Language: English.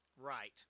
Right